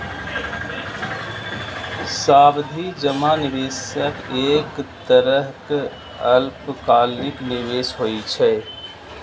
सावधि जमा निवेशक एक तरहक अल्पकालिक निवेश होइ छै